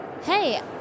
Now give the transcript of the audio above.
Hey